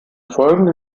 folgenden